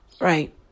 Right